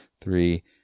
three